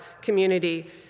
community